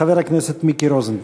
חבר הכנסת מיקי רוזנטל.